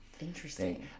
Interesting